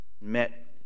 met